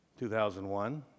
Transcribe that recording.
2001